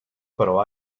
però